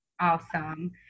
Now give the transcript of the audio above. Awesome